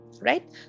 right